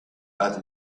had